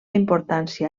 importància